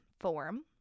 form